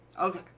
okay